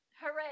hooray